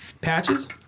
Patches